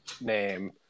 name